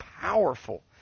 powerful